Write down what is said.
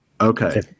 Okay